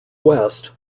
west